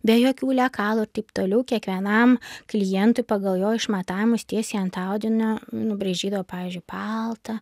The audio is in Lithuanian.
be jokių lekalų ir taip toliau kiekvienam klientui pagal jo išmatavimus tiesiai ant audinio nubraižydavo pavyzdžiui paltą